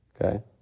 okay